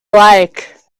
like